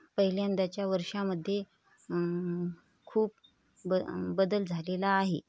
पहिल्या यंदाच्या वर्षामध्ये खूप बदल झालेला आहे